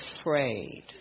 afraid